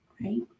right